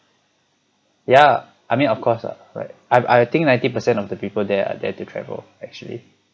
yeah I mean of course lah right I I think ninety percent of the people there are there to travel actually